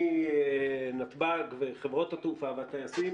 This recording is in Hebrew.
מנתב"ג וחברות התעופה והטייסים